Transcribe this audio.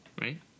Right